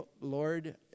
Lord